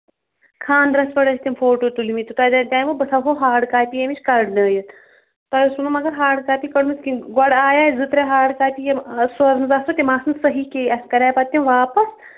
خانٛدرَس پٮ۪ٹھ ٲسۍ تِم فوٹوٗ تُلمٕتۍ تۄہہِ دَپیوٕ بہٕ تھوٚو ہاڈ کاپی ییٚمِچ کَڑنٲیِتھ تۄہہِ اوسوٕ نہٕ مگر ہاڈ کاپی کٔڑمٕژ کیٚنٛہہ گۄڈٕ آیہِ زٕ ترٛےٚ ہاڈ کاپی یِم سوزمٕژ آسوٕ تِم آسہٕ نہٕ صحیح کینٛہہ اَسہِ کَرے پَتہٕ تِم واپَس